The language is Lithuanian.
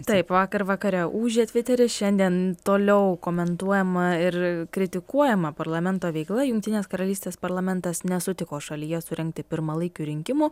taip vakar vakare ūžė tviteris šiandien toliau komentuojama ir kritikuojama parlamento veikla jungtinės karalystės parlamentas nesutiko šalyje surengti pirmalaikių rinkimų